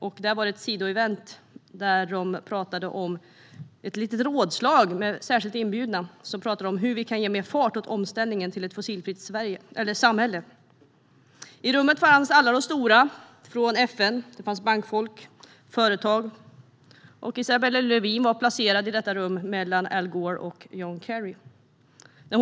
Där hölls ett sidoevent, ett litet rådslag med särskilt inbjudna som talade om hur vi kan ge mer fart åt omställningen till ett fossilfritt samhälle. I rummet fanns alla de stora från FN och även bankfolk och företag. Isabella Lövin blev i detta rum placerad mellan Al Gore och John Kerry.